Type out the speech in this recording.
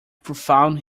profound